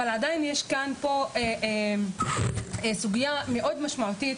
אבל עדיין יש כאן סוגיה מאוד משמעותית,